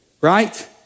right